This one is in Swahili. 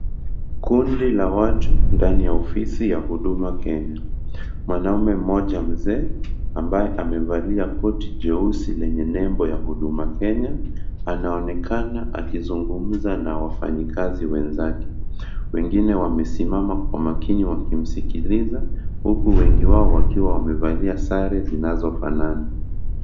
Kundi la watu ndani ya ofisi ya huduma Kenya. Mwanamume mmoja mzee ambaye amevalia koti jeusi lenye nembo ya huduma Kenya. Anaonekana akizungumza na wafanyakazi wenzake. Wengine wamesimama kwa makini wakimsikiliza. Huku wengi wao wakiwa wamevalia sare zinazofanana.